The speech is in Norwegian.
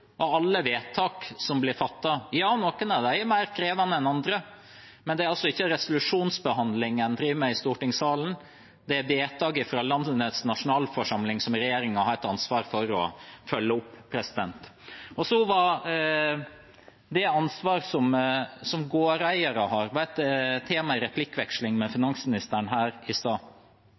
alle vedtak som blir fattet. Noen av dem er mer krevende enn andre, men det er altså ikke resolusjonsbehandling en driver med i stortingssalen. Det er vedtak fra landets nasjonalforsamling, som regjeringen har et ansvar for å følge opp. Så er det det ansvaret som gårdeiere har, som var et tema i replikkveksling med finansministeren her i